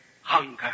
hunger